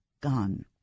gone